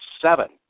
Seven